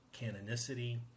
canonicity